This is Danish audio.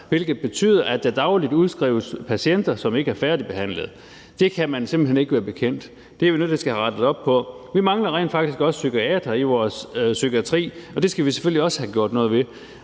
hvilket betyder, at der dagligt udskrives patienter, som ikke er færdigbehandlede. Det kan man simpelt hen ikke være bekendt. Det er vi nødt til at få rettet op på. Vi mangler rent faktisk også psykiatere i vores psykiatri, og det skal vi selvfølgelig også have gjort noget ved.